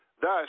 Thus